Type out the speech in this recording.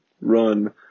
run